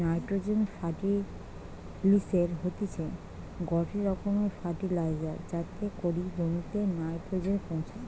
nitrogen ফার্টিলিসের হতিছে গটে রকমের ফার্টিলাইজার যাতে করি জমিতে নাইট্রোজেন পৌঁছায়